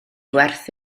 werth